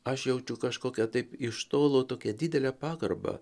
aš jaučiu kažkokią taip iš tolo tokią didelę pagarbą